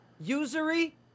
Usury